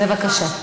בבקשה.